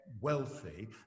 wealthy